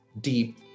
deep